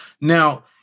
Now